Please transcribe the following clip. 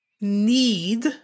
need